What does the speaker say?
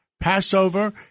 Passover